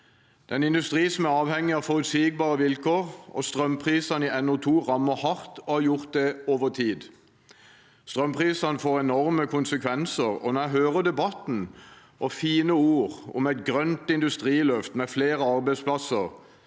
en industri som er avhengig av forutsigbare vilkår, og strømprisene i NO2 rammet hardt, og har gjort det over tid. Strømprisene får enorme konsekvenser, og mens jeg hører debatten og fine ord om et grønt industriløft med flere arbeidsplasser,